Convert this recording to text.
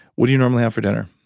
what do you normally have for dinner?